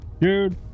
Dude